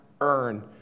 earn